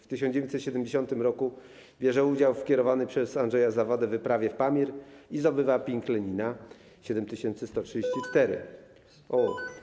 W 1970 r. bierze udział w kierowanej przez Andrzeja Zawadę wyprawie w Pamir i zdobywa Pik Lenina 7134 m.